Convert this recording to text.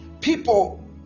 people